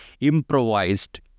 improvised